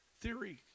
theory